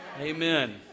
amen